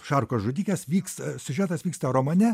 šarkos žudikės vyks siužetas vyksta romane